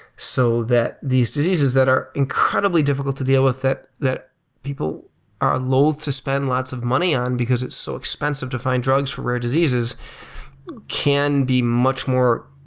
so that these diseases that are incredibly difficult to deal with that that people are loathed to spend lots of money on because it's so expensive to find drugs for rare diseases can be much more,